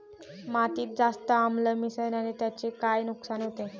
मातीत जास्त आम्ल मिसळण्याने त्याचे काय नुकसान होते?